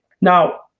Now